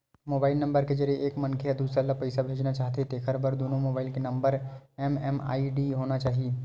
mobile number के जरिए एक मनखे ह दूसर ल पइसा भेजना चाहथे तेखर बर दुनो के मोबईल नंबर म एम.एम.आई.डी होना चाही